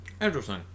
interesting